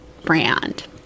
brand